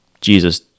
Jesus